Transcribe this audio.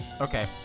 Okay